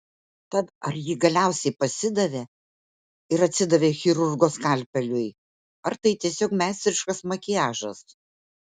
tad ar ji galiausiai pasidavė ir atsidavė chirurgo skalpeliui ar tai tiesiog meistriškas makiažas